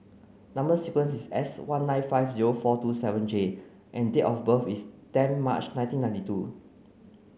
number sequence is S one nine five zero four two seven J and date of birth is ten March nineteen ninety two